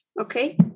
Okay